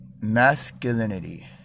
masculinity